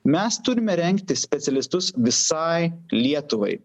mes turime rengti specialistus visai lietuvai